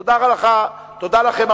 תודה לכם,